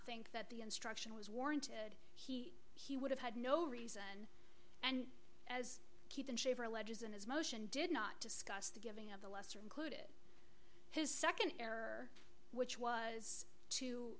think that the instruction was warranted he he would have had no reason and as keep in shape or alleges in his motion did not discuss the giving a lesser included his second error which was to